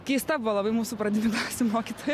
keista buvo labai mūsų pradinių klasių mokytoja